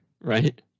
right